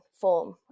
form